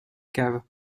cave